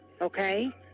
okay